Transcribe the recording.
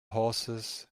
horses